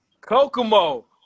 kokomo